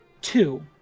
two